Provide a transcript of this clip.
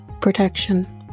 protection